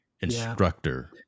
instructor